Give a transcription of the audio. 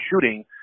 shooting